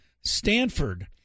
Stanford